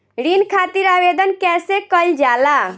ऋण खातिर आवेदन कैसे कयील जाला?